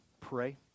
pray